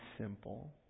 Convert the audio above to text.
simple